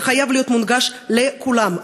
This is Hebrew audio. שחייב להיות מונגש לכולם,